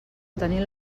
tenir